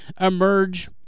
emerge